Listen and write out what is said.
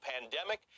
pandemic